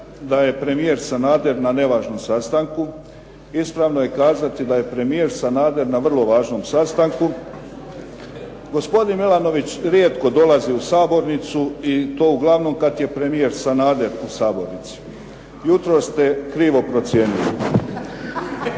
da je premijer Sanader na nevažnom sastanku. Ispravno je kazati da je premijer Sanader na vrlo važnom sastanku. Gospodin Milanović rijetko dolazi u sabornicu i to uglavnom kad je premijer Sanader u sabornici. Jutros ste krivo procijenili.